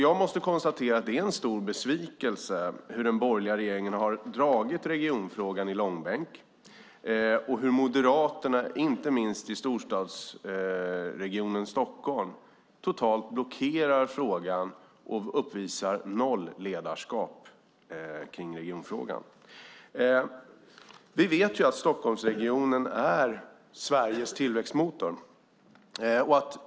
Jag måste konstatera att det är en stor besvikelse hur den borgerliga regeringen har dragit regionfrågan i långbänk och hur Moderaterna inte minst i storstadsregionen Stockholm totalt blockerar frågan och uppvisar noll ledarskap i regionfrågan. Vi vet att Stockholmsregionen är Sveriges tillväxtmotor.